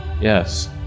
Yes